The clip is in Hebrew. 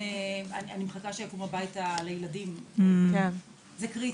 אני מחכה שיקום הבית לילדים, זה קריטי,